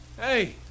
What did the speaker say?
Hey